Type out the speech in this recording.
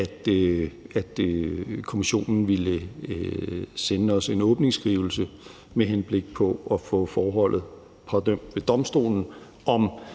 at Kommissionen ville sende os en åbningsskrivelse med henblik på at få forholdet pådømt ved Domstolen,